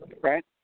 Right